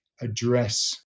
address